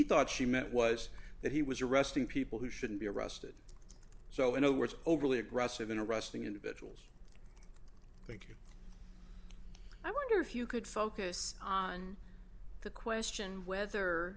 thought she meant was that he was arresting people who shouldn't be arrested so in other words overly aggressive in arresting individuals thank you i wonder if you could focus on the question whether